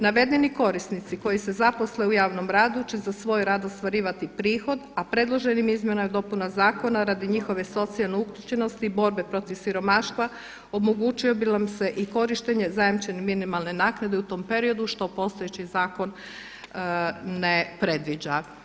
Navedeni korisnici koji se zaposle u javnom radu će za svoj rad ostvarivati prihod, a predloženim izmjenama i dopunama zakona radi njihove socijalne uključenosti i borbe protiv siromaštva omogućio bi im se i korištenje zajamčene minimalne naknade u tom periodu što postojeći zakon ne predviđa.